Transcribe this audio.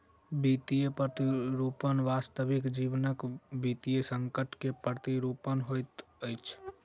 वित्तीय प्रतिरूपण वास्तविक जीवनक वित्तीय संकट के प्रतिरूपण होइत अछि